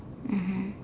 mmhmm